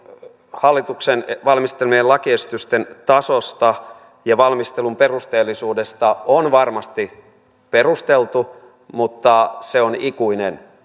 hallituksen valmistelemien lakiesitysten tasosta ja valmistelun perusteellisuudesta on varmasti perusteltu mutta se on ikuinen